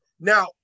Now